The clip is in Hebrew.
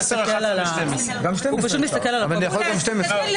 12-10, מי בעד?